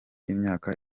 imyaka